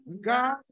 God